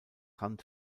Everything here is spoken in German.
hand